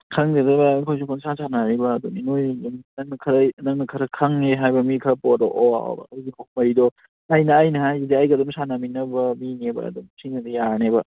ꯈꯪꯗꯦꯗ ꯚꯥꯏ ꯑꯩꯈꯣꯏꯁꯨ ꯄꯪꯁꯥ ꯁꯥꯟꯅꯔꯤꯕꯗꯨꯅꯤ ꯅꯣꯏ ꯅꯪꯅ ꯈꯔ ꯅꯪꯅ ꯈꯔ ꯈꯪꯏ ꯍꯥꯏꯕ ꯃꯤ ꯈꯔ ꯄꯣꯔꯛꯑꯣꯕ ꯑꯩꯒꯤ ꯀꯣꯛꯄꯩꯗꯣ ꯑꯩꯅ ꯑꯩꯅ ꯍꯥꯏꯁꯤꯗꯤ ꯑꯩꯒ ꯑꯗꯨꯝ ꯁꯥꯟꯅꯃꯤꯟꯅꯕ ꯃꯤꯅꯦꯕ ꯑꯗꯨ ꯁꯤꯅꯗꯤ ꯌꯥꯔꯅꯦꯕ